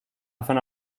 zona